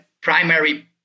primary